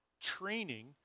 training